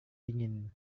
dingin